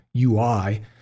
UI